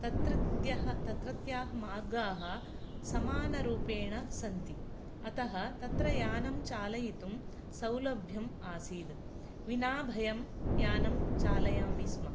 तत्रत्यः तत्रत्याः मार्गाः समानरूपेण सन्ति अतः तत्र यानं चालयितुं सौलभ्यम् आसीत् विना भयं यानं चालयामि स्म